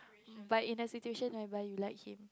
but in the situation whereby you like him